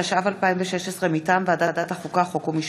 התשע"ו 2016, מטעם ועדת החוקה, חוק ומשפט,